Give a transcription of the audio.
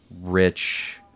rich